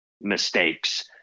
mistakes